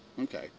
okay